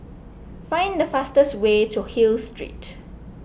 find the fastest way to Hill Street